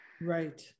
Right